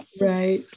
Right